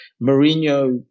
Mourinho